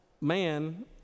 man